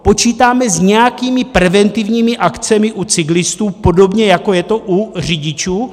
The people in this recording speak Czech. Počítáme s nějakými preventivními akcemi u cyklistů podobně, jako je to u řidičů?